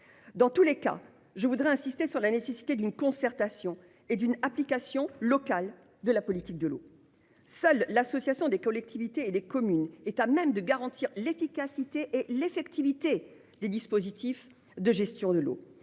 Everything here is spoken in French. Dans tous les cas, je tiens à insister sur la nécessité d'une concertation et d'une application locale de la politique de l'eau. Seule l'association des collectivités et des communes est à même de garantir l'efficacité et l'effectivité des dispositifs de gestion de l'eau.